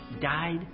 died